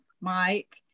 Mike